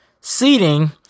seating